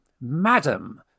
Madam